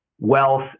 wealth